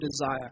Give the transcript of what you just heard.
desire